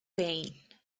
pain